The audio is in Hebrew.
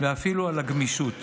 ואפילו על הגמישות